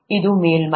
ಇದು ಮೇಲ್ಮೈ